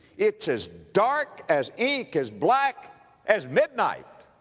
it's as dark as ink, as black as midnight,